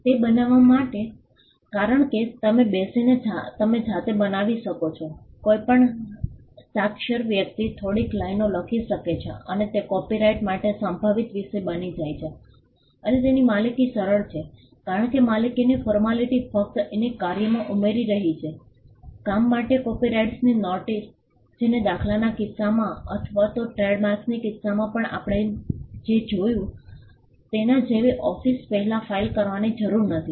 તે બનાવવા માટે કારણ કે તમે બેસીને તેને જાતે બનાવી શકો છો કોઈપણ સાક્ષર વ્યક્તિ થોડીક લાઈનો લખી શકે છે અને તે કોપિરાઇટ માટે સંભવિત વિષય બની જાય છે અને તેની માલિકી સરળ છે કારણ કે માલિકીની ફોર્માલીટી ફક્ત એને કાર્યમાં ઉમેરી રહી છે કામ માટે કોપિરાઇટની નોટીસ જેને દાખલાના કિસ્સામાં અથવા તો ટ્રેડમાર્ક્સના કિસ્સામાં પણ આપણે જે જોયું તેના જેવી ઓફિસ પહેલાં ફાઇલ કરવાની જરૂર નથી